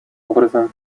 образом